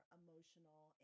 emotional